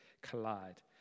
collide